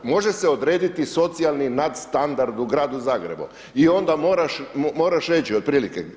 Može se odrediti socijalni nadstandard u gradu Zagrebu i onda moraš reći otprilike.